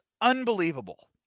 unbelievable